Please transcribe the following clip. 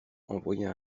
envoya